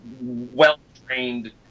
well-trained